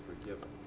forgiven